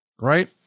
right